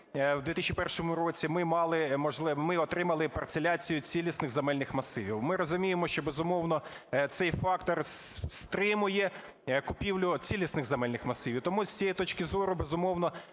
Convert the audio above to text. можливість… ми отримали парцеляцію цілісних земельних масивів. Ми розуміємо, що, безумовно, цей фактор стримує купівлю цілісних земельних масивів. Тому з цієї точки зору, безумовно,